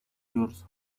george